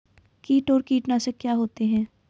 कीट और कीटनाशक क्या होते हैं?